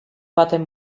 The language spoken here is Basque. baten